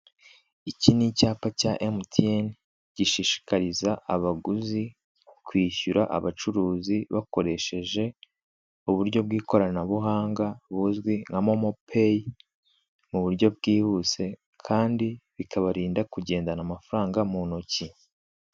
Iki ni icyapa cya MTN gishishikariza abaguzi kwishyura abacuruzi bakoresheje uburyo bw'ikoranabuhanga buzwi nka momopeyi, mu buryo bwihuse kandi bikabarinda kugendana amafaranga mu ntoki.